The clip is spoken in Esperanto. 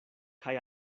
kaj